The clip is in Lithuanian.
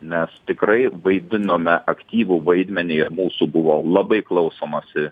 mes tikrai vaidinome aktyvų vaidmenį mūsų buvo labai klausomasi